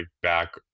back